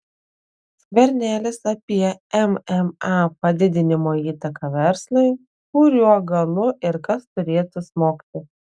skvernelis apie mma padidinimo įtaką verslui kuriuo galu ir kas turėtų smogti